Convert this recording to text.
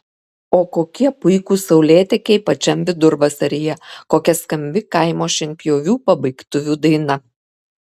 o kokie puikūs saulėtekiai pačiam vidurvasaryje kokia skambi kaimo šienpjovių pabaigtuvių daina